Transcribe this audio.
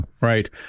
right